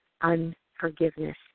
unforgiveness